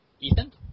Ethan